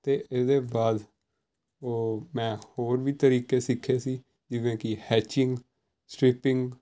ਅਤੇ ਇਹਦੇ ਬਾਅਦ ਓ ਮੈਂ ਹੋਰ ਵੀ ਤਰੀਕੇ ਸਿੱਖੇ ਸੀ ਜਿਵੇਂ ਕਿ ਹੈਚਿੰਗ ਸਟਿਲਪਿੰਗ